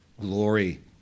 glory